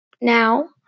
Now